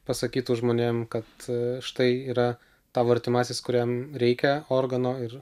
pasakytų žmonėm kad štai yra tavo artimasis kuriam reikia organo ir